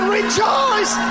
rejoice